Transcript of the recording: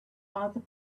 other